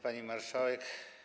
Pani Marszałek!